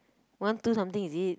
one two something is it